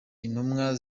intumwa